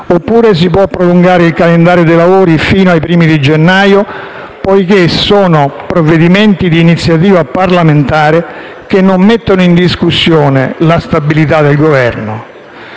oppure si può prolungare il calendario dei lavori fino ai primi di gennaio, poiché sono provvedimenti di iniziativa parlamentare che non mettono in discussione la stabilità del Governo.